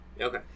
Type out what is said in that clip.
Okay